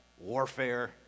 Warfare